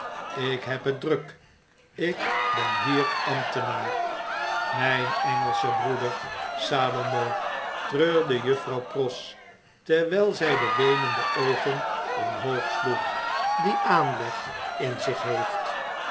ik heb het druk ik ben hier ambtenaar mgn engelsche broeder salomo treurde juifrouw pross terwijl zy de weenende oogen omhoogsloeg die aanleg in zich heeft